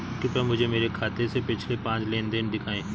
कृपया मुझे मेरे खाते से पिछले पांच लेन देन दिखाएं